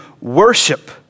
worship